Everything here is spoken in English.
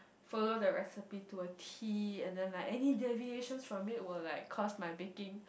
follow the recipe to a tee and then like any deviations to it will like cause my baking